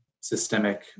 systemic